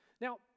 Now